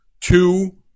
two